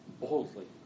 boldly